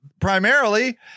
primarily